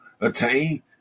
attain